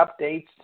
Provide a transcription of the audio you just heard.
updates